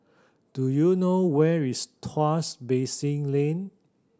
do you know where is Tuas Basin Lane